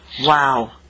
Wow